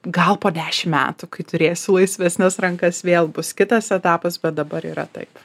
gal po dešimt metų kai turėsiu laisvesnes rankas vėl bus kitas etapas bet dabar yra taip